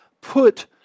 put